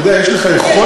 אתה יודע, יש לך יכולת,